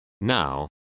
Now